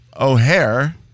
O'Hare